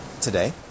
today